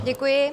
Děkuji.